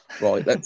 Right